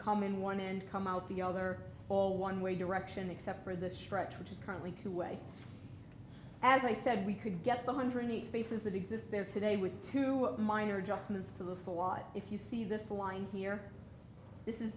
come in one and come out the other all one way direction except for the stretch which is currently two way as i said we could get the hundred eight faces that exist there today with two minor adjustments to the flaws if you see this line here this is